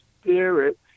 spirit